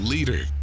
Leader